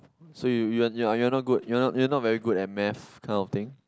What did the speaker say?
so you you you are you are not good you are you are not very good at Maths kind of thing